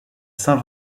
saint